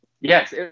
Yes